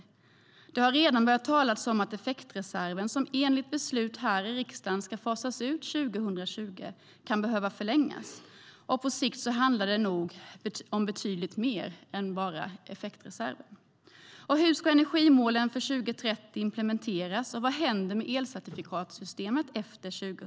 Det har redan börjat talas om att effektreserven, som enligt beslut i riksdagen ska fasas ut 2020, kan behöva förlängas. På sikt handlar det nog om betydligt mer än bara effektreserven. Hur ska energimålen för 2030 implementeras, och vad händer med elcertifikatssystemet efter 2030?